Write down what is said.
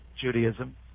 judaism